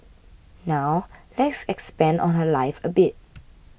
now let's expand on her life a bit